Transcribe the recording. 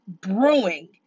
brewing